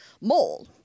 mole